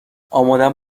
آمادم